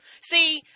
See